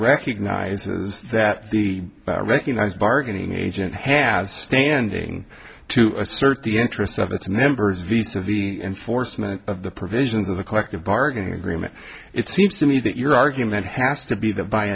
recognizes that the recognized bargaining agent has standing to assert the interests of its members viso the enforcement of the provisions of the collective bargaining agreement it seems to me that your argument has to be the by